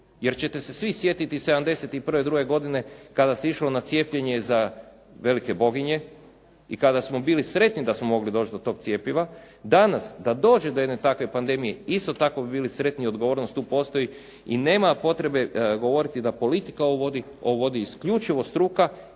jer ćete se svi sjetiti '71., druge godine kada se išlo na cijepljenje za velike boginje i kada smo bili sretni da smo mogli doći do tog cjepiva. Danas da dođe do jedne takve pandemije isto tako bi bili sretni, odgovornost tu postoji i nema potrebe govoriti da politika ovo vodi. Ovo vodi isključivo struka